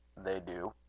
they do.